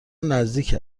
نزدیک